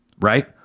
Right